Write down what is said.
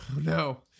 No